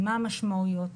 מה המשמעויות,